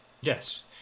Yes